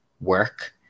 work